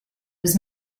was